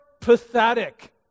Pathetic